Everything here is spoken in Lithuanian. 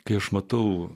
kai aš matau